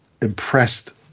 impressed